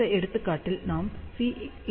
இந்த எடுத்துக்காட்டில் நாம் Cλ 1